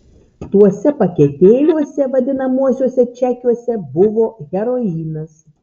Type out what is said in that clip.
tuose paketėliuose vadinamuosiuose čekiuose buvo heroinas